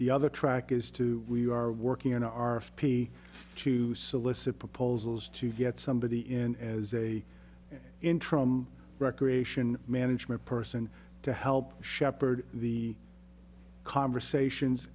the other track is to we are working on our p to solicit proposals to get somebody in as a interim recreation management person to help shepherd the conversations